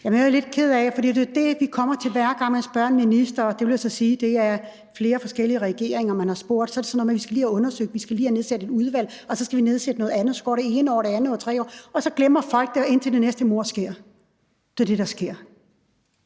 (DF): Jeg er lidt ked af, at det er det, man kommer til, hver gang man spørger en minister, og det vil så sige, at det er flere forskellige regeringer, man har spurgt. Så er det sådan noget med, at man lige skal have undersøgt det, man skal lige have nedsat et udvalg, og så skal man nedsætte noget andet – og så går det ene år, det andet år og det tredje år, og så glemmer folk det, indtil det næste mord sker. Det er jo det, der sker.